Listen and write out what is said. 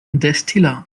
destillat